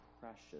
precious